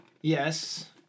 Yes